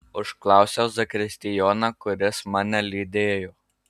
užklausiau zakristijoną kuris mane lydėjo